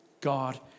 God